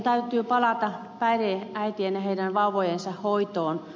täytyy palata päihdeäitien ja heidän vauvojensa hoitoon